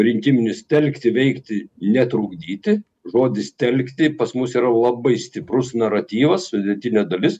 rinkiminis telkti veikti netrukdyti žodis telkti pas mus yra labai stiprus naratyvas sudėtinė dalis